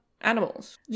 animals